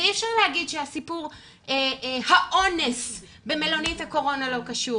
אי אפשר להגיד שהאונס במלונית הקורונה לא קשור,